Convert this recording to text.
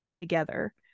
together